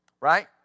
Right